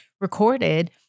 recorded